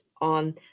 on